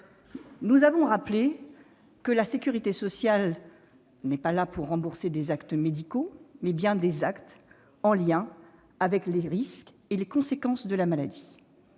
nous avons rappelé que la sécurité sociale a pour vocation de rembourser non pas des actes médicaux, mais bien des actes en lien avec les risques et les conséquences d'une maladie.